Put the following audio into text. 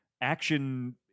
action